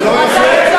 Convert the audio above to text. זה לא יפה?